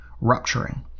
rupturing